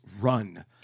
run